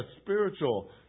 spiritual